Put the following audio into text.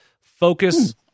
focus